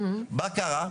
ומה קרה?